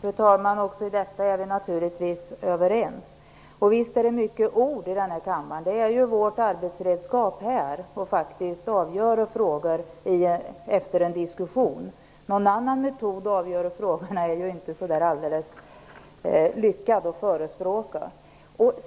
Fru talman! Också i detta är vi naturligtvis överens. Visst är det många ord i den här kammaren. Det är ju vårt arbetsredskap. Vi skall avgöra frågor efter en diskussion. Någon annan metod för att avgöra frågorna är inte så alldeles lyckad att förespråka.